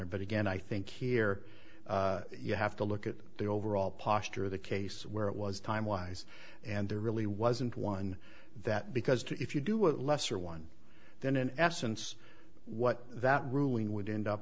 honor but again i think here you have to look at the overall posture of the case where it was time wise and there really wasn't one that because if you do what lesser one then in essence what that ruling would end up